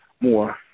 more